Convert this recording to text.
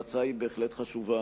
ההצעה היא בהחלט חשובה.